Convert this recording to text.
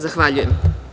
Zahvaljujem.